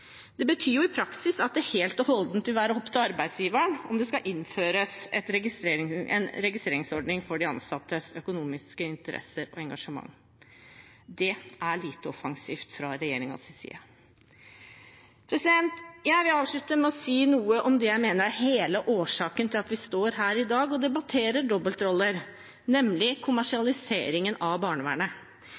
Det betyr i praksis at det helt og holdent vil være opp til arbeidsgiveren om det skal innføres en registreringsordning for de ansattes økonomiske interesser og engasjement. Det er lite offensivt fra regjeringens side. Jeg vil avslutte med å si noe om det jeg mener er hele årsaken til at vi står her i dag og debatterer dobbeltroller, nemlig kommersialiseringen av barnevernet.